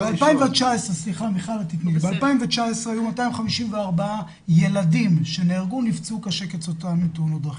ב-2019 היו 254 ילדים שנהרגו או נפצעו קשה כתוצאה מתאונות דרכים.